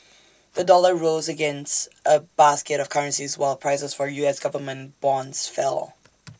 the dollar rose against A basket of currencies while prices for U S Government bonds fell